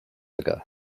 ago